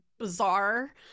Bizarre